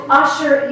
usher